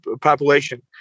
population